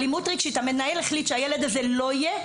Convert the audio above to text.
המנהל החליט שהילד הזה לא יהיה,